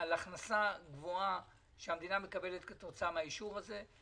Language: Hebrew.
שהמדינה מקבלת כתוצאה מהאישור הזה.